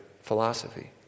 philosophy